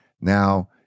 now